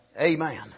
Amen